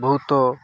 ବହୁତ